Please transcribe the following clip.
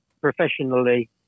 professionally